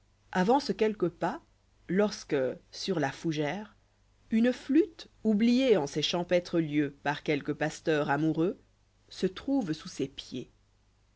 avance quelques'pàs lorsque sur la fougère ïjb fables une flûte oubliée en ces champêtres lieux par quelque pasteur amoureux se trouve sous ses pieds